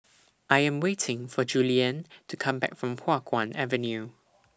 I Am waiting For Julianne to Come Back from Hua Guan Avenue